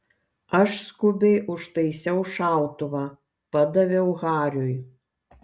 aš skubiai užtaisiau šautuvą padaviau hariui